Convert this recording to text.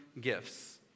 gifts